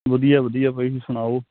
ਵਧੀਆ ਵਧੀਆ ਭਾਅ ਜੀ ਤੁਸੀਂ ਸੁਣਾਓ